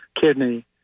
kidney